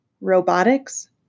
Robotics